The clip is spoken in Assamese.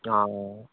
অঁ